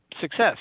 success